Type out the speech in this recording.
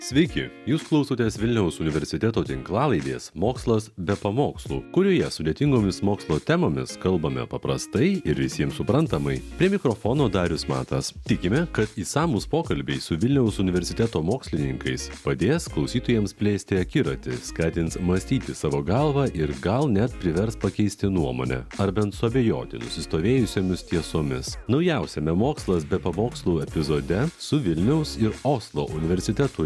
sveiki jūs klausotės vilniaus universiteto tinklalaidės mokslas be pamokslų kurioje sudėtingomis mokslo temomis kalbame paprastai ir visiem suprantamai prie mikrofono darius matas tikime kad išsamūs pokalbiai su vilniaus universiteto mokslininkais padės klausytojams plėsti akiratį skatins mąstyti savo galva ir gal net privers pakeisti nuomonę ar bent suabejoti nusistovėjusiomis tiesomis naujausiame mokslas be pamokslų epizode su vilniaus ir oslo universiteto